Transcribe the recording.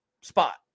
spot